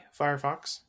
Firefox